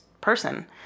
person